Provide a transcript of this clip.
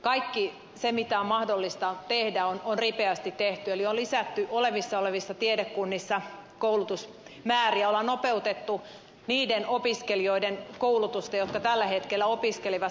kaikki se mitä on mahdollista tehdä on ripeästi tehty eli on lisätty olemassa olevissa tiedekunnissa koulutusmääriä on nopeutettu niiden opiskelijoiden koulutusta jotka tällä hetkellä opiskelevat